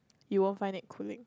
you won't find it cooling